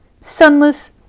sunless